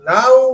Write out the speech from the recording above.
Now